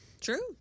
True